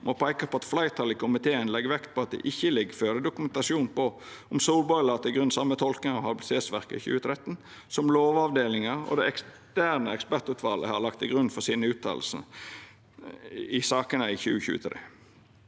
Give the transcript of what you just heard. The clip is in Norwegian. å peika på at fleirtalet i komiteen legg vekt på at det ikkje ligg føre dokumentasjon på om Solberg la til grunn same tolkinga av habilitetsregelverket i 2013 som lovavdelinga og det eksterne ekspertutvalet har lagt til grunn for sine uttaler til sakene i 2023.